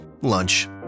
Lunch